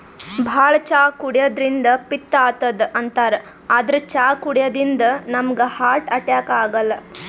ಭಾಳ್ ಚಾ ಕುಡ್ಯದ್ರಿನ್ದ ಪಿತ್ತ್ ಆತದ್ ಅಂತಾರ್ ಆದ್ರ್ ಚಾ ಕುಡ್ಯದಿಂದ್ ನಮ್ಗ್ ಹಾರ್ಟ್ ಅಟ್ಯಾಕ್ ಆಗಲ್ಲ